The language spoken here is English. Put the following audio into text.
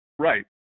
Right